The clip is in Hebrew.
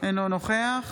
אינו נוכח